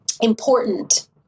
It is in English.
important